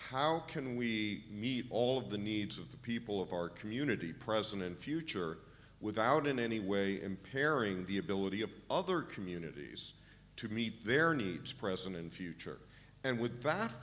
how can we meet all of the needs of the people of our community present and future without in any way impairing the ability of other communities to meet their needs present and future and with